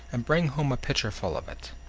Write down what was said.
and bring home a pitcher full of it.